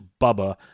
Bubba